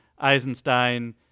Eisenstein